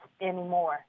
anymore